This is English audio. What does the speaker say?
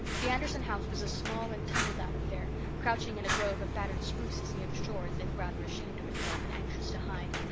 the anderson house was a small and tumbledown affair, crouching in a grove of battered spruces near the shore as if rather ashamed of itself and anxious to hide.